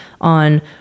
on